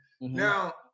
Now